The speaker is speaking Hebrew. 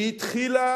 היא התחילה